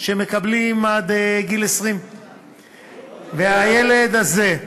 שמקבלים עד גיל 20. והילד הזה,